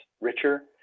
richer